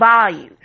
values